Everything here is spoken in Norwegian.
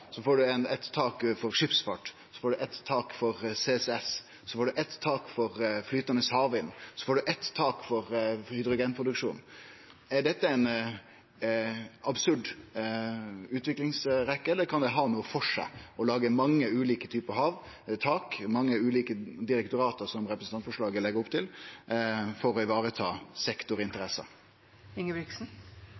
Så får ein eitt tak for skipsfart, eitt tak for CCS, eitt tak for flytande havvind og eitt tak for hydrogenproduksjon. Er dette ei absurd utviklingsrekkje, eller kan det ha noko for seg å lage mange ulike typar tak, mange ulike direktorat – som representantforslaget legg opp til – for å